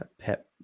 pep